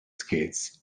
skates